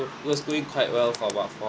it was doing quite well for about four